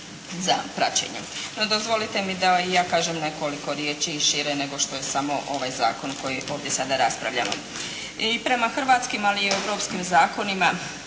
za praćenje. No, dozvolite mi da i ja kažem nekoliko riječi i šire nego što je samo ovaj zakon koji ovdje sada raspravljamo. I prema hrvatskim ali i europskim zakonima